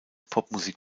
popmusik